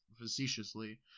facetiously